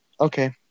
Okay